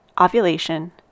ovulation